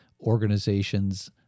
organizations